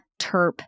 terp